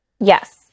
yes